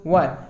one